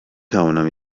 توانم